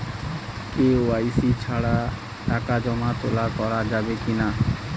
KYC ছাড়া টাকা জমা তোলা করা যাবে কি না?